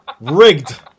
Rigged